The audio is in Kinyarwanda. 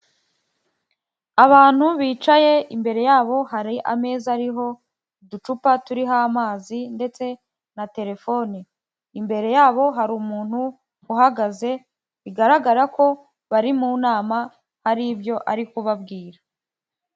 Abantu bicaye, imbere yabo hari ameza ariho uducupa turiho amazi ndetse na telefone. Imbere yabo hari umuntu uhagaze, bigaragara ko bari mu nama, hari ibyo ari kubabwira.